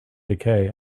decay